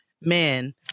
man